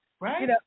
right